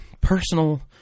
Personal